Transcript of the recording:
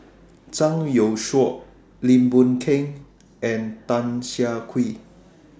Zhang Youshuo Lim Boon Keng and Tan Siah Kwee